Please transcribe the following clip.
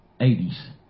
80s